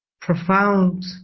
profound